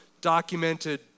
documented